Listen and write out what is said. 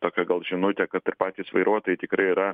tokia gal žinutė kad ir patys vairuotojai tikrai yra